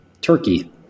Turkey